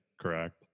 Correct